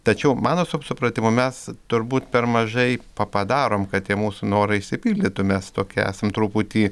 tačiau mano sup supratimu mes turbūt per mažai pa padarom kad tie mūsų norai išsipildytų mes tokie esam truputį